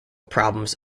problems